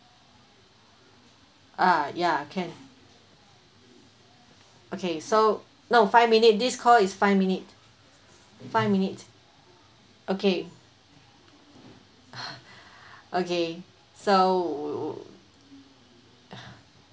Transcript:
ah ya can okay so no five minute this call is five minute five minute okay okay so